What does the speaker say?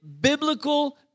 biblical